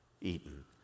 eaten